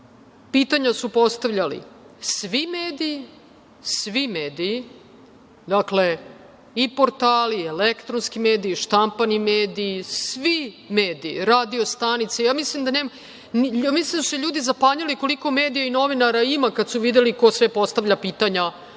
Pitanja su postavljali svi mediji, dakle, portali i elektronski mediji, štampani mediji, svi mediji, radio stanice. Mislim da su se ljudi zapanjili koliko medija i novinara ima kada su videli ko sve postavlja pitanja